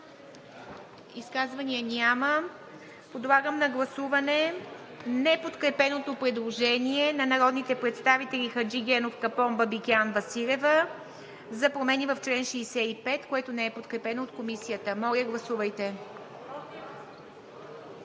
Изказвания? Няма. Подлагам на гласуване неподкрепеното предложение на народните представители Хаджигенов, Капон, Бабикян, Василева за промени в чл. 65, което не е подкрепено от Комисията. Моля, гласувайте.